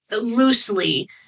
loosely